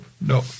no